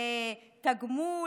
לתגמול,